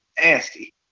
nasty